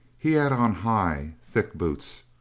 he had on high, thick boots.